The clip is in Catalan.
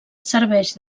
serveix